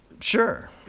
Sure